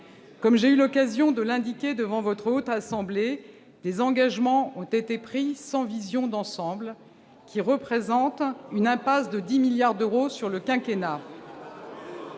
Comme j'ai eu l'occasion de l'indiquer devant votre Haute Assemblée, des engagements ont été pris sans vision d'ensemble, qui représentent une impasse de 10 milliards d'euros sur le quinquennat.